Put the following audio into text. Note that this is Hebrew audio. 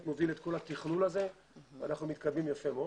מוביל את כל התכלול הזה ואנחנו מתקדמים יפה מאוד.